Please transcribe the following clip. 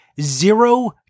zero